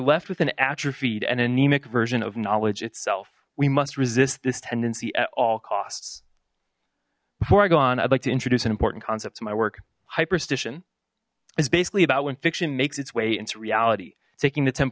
left with an atrophied and anemic version of knowledge itself we must resist this tendency at all costs before i go on i'd like to introduce an important concept to my work hyper station is basically about when fiction makes its way into reality taking the temp